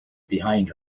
behind